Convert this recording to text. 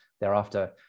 thereafter